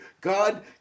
God